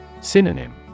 Synonym